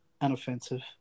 unoffensive